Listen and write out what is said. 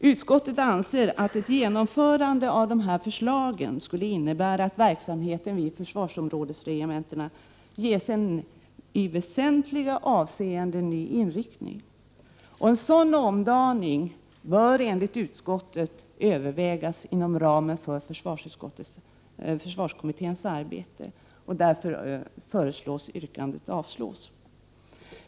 Utskottet anser att ett genomförande av dessa förslag skulle innebära att verksamheten vid försvarsområdesregementena ges en i väsentliga avseenden ny inriktning. En sådan omdaning bör enligt utskottet övervägas inom ramen för försvarskommitténs arbete. Utskottet föreslår därför att yrkandet avslås.